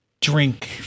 drink